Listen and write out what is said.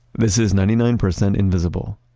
this is ninety nine percent invisible.